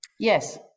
yes